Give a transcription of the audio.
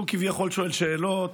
הוא כביכול שואל שאלות,